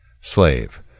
Slave